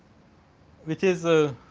which is a